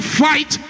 fight